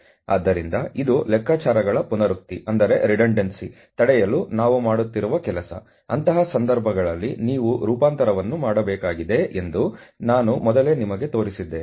ಆದ್ದರಿಂದ ಇದು ಲೆಕ್ಕಾಚಾರಗಳ ಪುನರುಕ್ತಿ ತಡೆಯಲು ನಾವು ಮಾಡುತ್ತಿರುವ ಕೆಲಸ ಅಂತಹ ಸಂದರ್ಭಗಳಲ್ಲಿ ನೀವು ರೂಪಾಂತರವನ್ನು ಮಾಡಬೇಕಾಗಿದೆ ಎಂದು ನಾನು ಮೊದಲೇ ನಿಮಗೆ ತೋರಿಸಿದ್ದೇನೆ